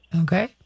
Okay